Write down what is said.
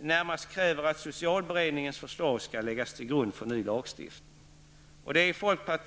närmast att socialberedningens förslag skall läggas till grund för en ny lagstiftning.